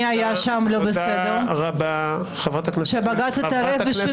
מי היה שם לא בסדר כשבג"ץ התערב ושינו את הכיתוב?